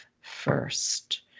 first